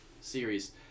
series